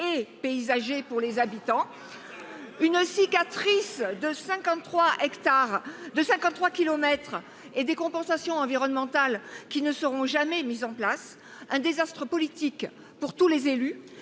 et paysager pour les habitants. C’est une cicatrice de 53 kilomètres – et les compensations environnementales ne seront jamais mises en place. C’est un désastre politique, enfin, pour tous les élus,